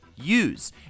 use